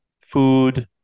food